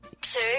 Two